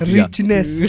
Richness